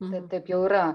ten taip jau yra